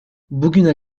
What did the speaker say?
bugüne